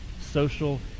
Social